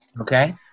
okay